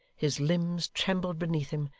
his limbs trembled beneath him,